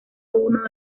uno